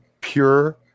pure